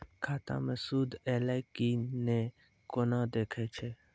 खाता मे सूद एलय की ने कोना देखय छै?